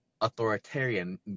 authoritarian